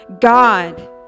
God